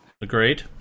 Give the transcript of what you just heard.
Agreed